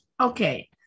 Okay